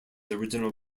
original